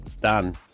Done